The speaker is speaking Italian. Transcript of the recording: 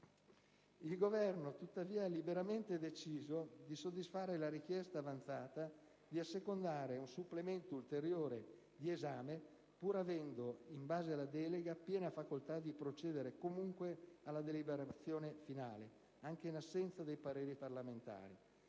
Il Governo tuttavia ha liberamente deciso di soddisfare la richiesta avanzata, di assecondare un supplemento ulteriore di esame, pur avendo, in base alla delega, piena facoltà di procedere comunque alla deliberazione finale anche in assenza dei pareri parlamentari.